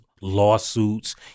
lawsuits